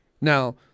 Now